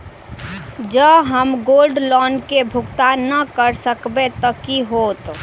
जँ हम gold loan केँ भुगतान न करऽ सकबै तऽ की होत?